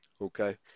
Okay